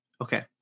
Okay